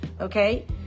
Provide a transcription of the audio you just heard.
Okay